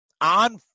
on